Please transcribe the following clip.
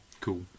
cool